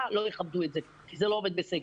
לא יכבדו את זה כי זה לא עובד בסגר.